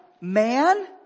man